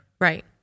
Right